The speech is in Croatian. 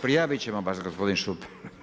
Prijaviti ćemo vas gospodin Šuker.